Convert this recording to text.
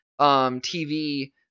TV